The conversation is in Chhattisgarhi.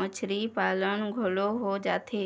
मछरी पालन घलोक हो जाथे